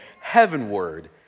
heavenward